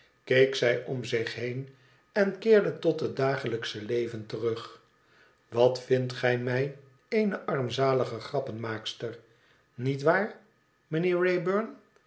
keek zij om zich been en keerde tot het dagelij ksche leven terug wat vindt gij mij eene armzalige grappenmaakster niet waar